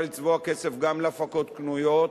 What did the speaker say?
היה אפשר לצבוע כסף גם להפקות קנויות,